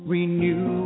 Renew